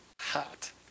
hot